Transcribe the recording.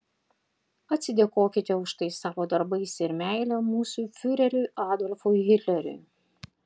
atsidėkokite už tai savo darbais ir meile mūsų fiureriui adolfui hitleriui